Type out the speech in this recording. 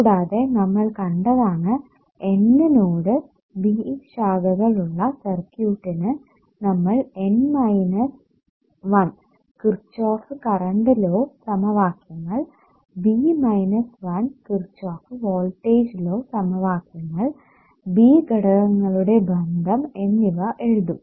കൂടാതെ നമ്മൾ കണ്ടതാണ് N നോഡ് B ശാഖകൾ ഉള്ള സർക്യൂട്ടിനു നമ്മൾ N minus 1 Kirchhoff current law സമവാക്യങ്ങൾ B മൈനസ് 1 കിർച്ചോഫ് വോൾടേജ് ലോസമവാക്യങ്ങൾ B ഘടകങ്ങളുടെ ബന്ധം എന്നിവ എഴുതും